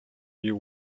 you